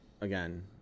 again